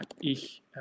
ich